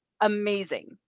amazing